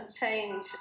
change